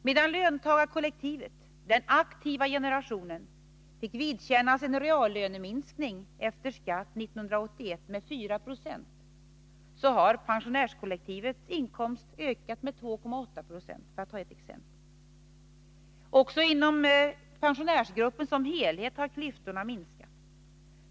Medan löntagarkollektivet — den aktiva generationen — fick vidkännas en reallöneminskning efter skatt 1981 med 4 96 har pensionärskollektivets inkomst ökat med 2,8 20, för att ta ett exempel. Också inom pensionärsgruppen som helhet har klyftorna minskat.